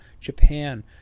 Japan